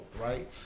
right